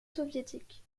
soviétique